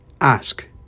ask